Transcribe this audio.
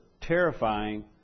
terrifying